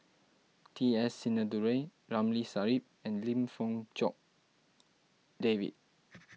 T S Sinnathuray Ramli Sarip and Lim Fong Jock David